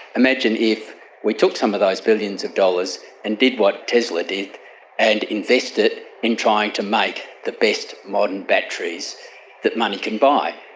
imagine if we took some of those billions of dollars and did what tesla did and invest it in trying to make the best modern batteries that money can buy.